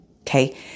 Okay